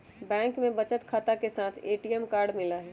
bank में बचत खाता के साथ ए.टी.एम कार्ड मिला हई